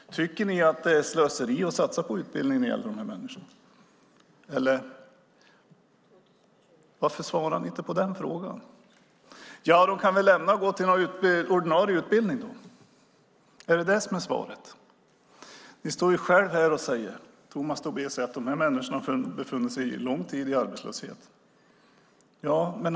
Tycker ni att det är slöseri att satsa på utbildning för de här människorna? Varför svarar ni inte på frågan? Är svaret att de kan lämna fas 3 och gå på ordinarie utbildning? Tomas Tobé säger att de här människorna har befunnit sig i arbetslöshet länge.